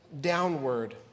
downward